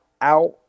out